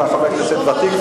אתה חבר כנסת ותיק,